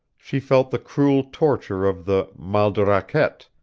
she felt the cruel torture of the mal de raquette,